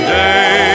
day